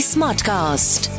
Smartcast